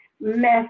mess